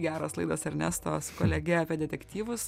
geros laidos ernesto su kolege apie detektyvus